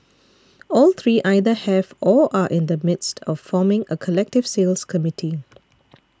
all three either have or are in the midst of forming a collective sales committee